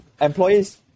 employees